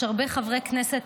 יש הרבה חברי כנסת,